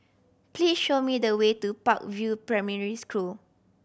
please show me the way to Park View Primary School